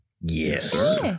Yes